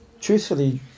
truthfully